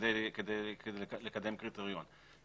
כדי לקדם קריטריון.